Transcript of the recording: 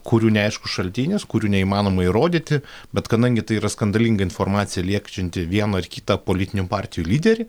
kurių neaiškus šaltinis kurių neįmanoma įrodyti bet kadangi tai yra skandalinga informacija liečianti vieną ar kitą politinių partijų lyderį